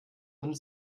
und